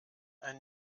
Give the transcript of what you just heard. ein